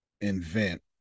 invent